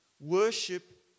worship